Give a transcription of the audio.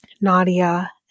Nadia